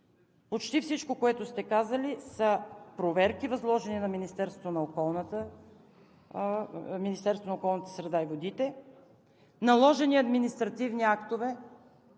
почти всичко, което сте казали, е за проверки, възложени на Министерството на околната среда и водите, наложени административни